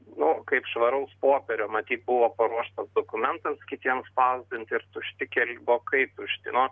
nu kaip švaraus popierio matyt buvo paruoštas dokumentams kitiems spausdinti ir tušti kel vokai tušti nu